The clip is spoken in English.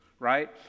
right